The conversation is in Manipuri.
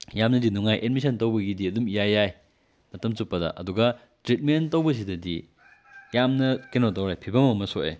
ꯌꯥꯝꯅꯗꯤ ꯅꯨꯡꯉꯥꯏ ꯑꯦꯗꯃꯤꯁꯟ ꯇꯧꯕꯒꯤꯗꯤ ꯑꯗꯨꯝ ꯏꯌꯥ ꯌꯥꯏ ꯃꯇꯝ ꯆꯨꯞꯄꯗ ꯑꯗꯨꯒ ꯇ꯭ꯔꯤꯠꯃꯦꯟ ꯇꯧꯕꯁꯤꯗꯗꯤ ꯌꯥꯝꯅ ꯀꯩꯅꯣ ꯇꯧꯔꯦ ꯐꯤꯕꯝ ꯑꯃ ꯁꯣꯛꯑꯦ